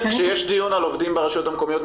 כשיש דיון על עובדים ברשויות המקומיות,